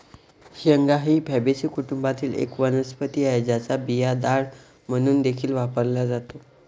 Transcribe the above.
शेंगा ही फॅबीसी कुटुंबातील एक वनस्पती आहे, ज्याचा बिया डाळ म्हणून देखील वापरला जातो